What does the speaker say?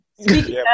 Speaking